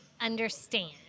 understand